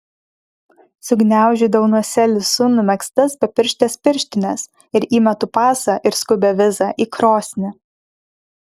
sugniaužiu delnuose lisu numegztas bepirštes pirštines ir įmetu pasą ir skubią vizą į krosnį